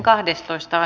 asia